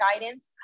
guidance